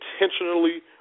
intentionally